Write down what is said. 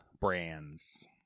Brands